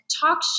talk